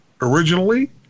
originally